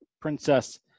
princess